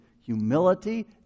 humility